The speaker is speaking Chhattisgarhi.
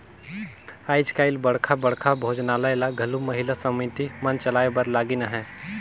आएज काएल बड़खा बड़खा भोजनालय ल घलो महिला समिति मन चलाए बर लगिन अहें